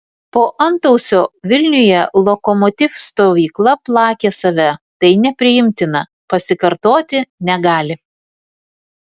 po antausio vilniuje lokomotiv stovykla plakė save tai nepriimtina pasikartoti negali